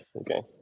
Okay